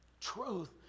truth